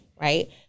right